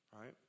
Right